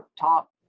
top